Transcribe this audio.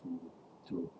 to